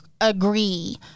agree